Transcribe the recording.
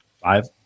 Five